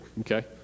Okay